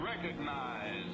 recognize